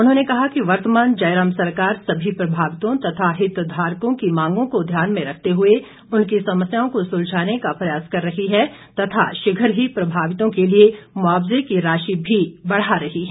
उन्होंने कहा कि वर्तमान जयराम सरकार सभी प्रभावितों तथा हितधारकों की मांगों को ध्यान में रखते हुए उनकी समस्याओं को सुलझाने का प्रयास कर रही है तथा शीघ्र ही प्रभावितों के लिए मुआवजे की राशि भी बढ़ा रही है